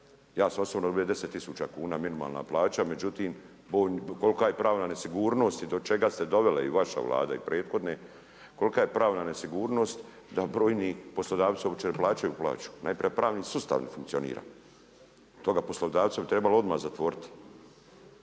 10 tisuća kuna, minimalna plaća, međutim kolika je pravna nesigurnost i do čega se dovela i vaša Vlada i prethodne, kolika je pravna nesigurnost da brojni poslodavci uopće ne uplaćuju plaću, najprije pravni sustav ne funkcionira. Toga poslodavca bi trebalo odmah zatvoriti